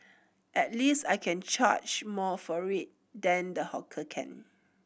at least I can charge more for it than the hawker can